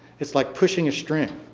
it's like pushing a string.